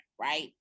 right